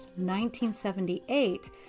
1978